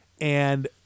and-